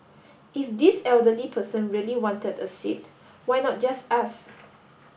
if this elderly person really wanted a seat why not just ask